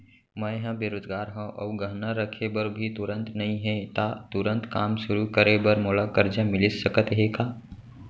मैं ह बेरोजगार हव अऊ गहना रखे बर भी तुरंत नई हे ता तुरंत काम शुरू करे बर मोला करजा मिलिस सकत हे का?